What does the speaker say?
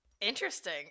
Interesting